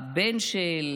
הבן של,